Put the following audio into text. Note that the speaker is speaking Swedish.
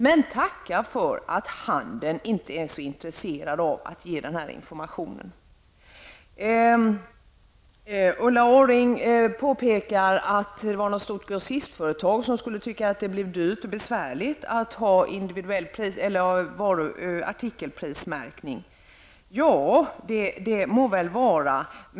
Men tacka för att handeln inte är så intresserad av den här informationen! Ulla Orring sade att något stort grossistföretag tycker att det blir dyrt och besvärligt med artikelprismärkning. Ja, det må väl vara.